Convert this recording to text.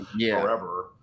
forever